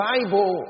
Bible